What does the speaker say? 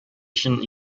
өчен